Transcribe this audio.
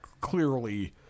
clearly